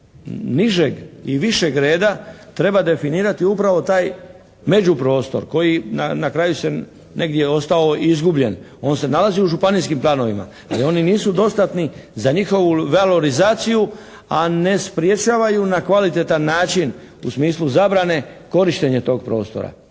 nižeg i višeg reda treba definirati upravo taj međuprostor koji na kraju se negdje ostao izgubljen. On se nalazi u županijskim planovima ali oni nisu dostatni za njihovu valorizaciju a ne sprječavaju na kvalitetan način u smislu zabrane korištenje tog prostora.